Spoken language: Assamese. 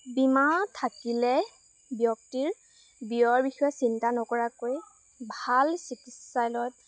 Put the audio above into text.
বীমা থাকিলে ব্যক্তিৰ ব্যয়ৰ বিষয়ে চিন্তা নকৰাকৈ ভাল চিকিৎসালয়ত